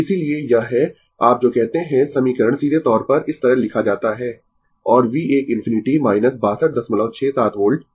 तो इसीलिए यह है आप जो कहते है समीकरण सीधे तौर पर इस तरह लिखा जाता है और V 1 ∞ 6267 वोल्ट